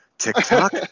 TikTok